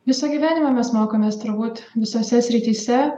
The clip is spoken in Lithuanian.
visą gyvenimą mes mokomės turbūt visose srityse